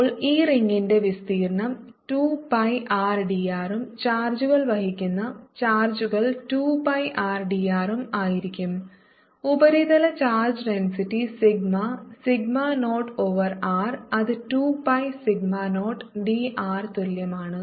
അപ്പോൾ ഈ റിങ്ങിന്റെ വിസ്തീർണ്ണം 2 pi r d r ഉം ചാർജുകൾ വഹിക്കുന്ന ചാർജുകൾ 2 pi r d r ഉം ആയിരിക്കും ഉപരിതല ചാർജ് ഡെൻസിറ്റി സിഗ്മ സിഗ്മ0 ഓവർ R അത് 2 pi സിഗ്മ0 d r തുല്യമാണ്